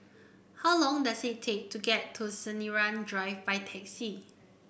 how long does it take to get to Sinaran Drive by taxi